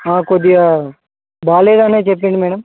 కొద్దిగా బాగాలేదు అని చెప్పింది మేడమ్